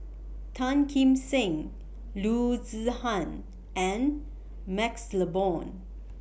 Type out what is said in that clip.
Tan Kim Seng Loo Zihan and MaxLe Blond